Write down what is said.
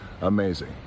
amazing